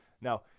Now